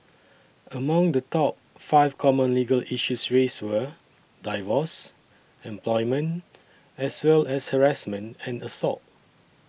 among the top five common legal issues raised were divorce employment as well as harassment and assault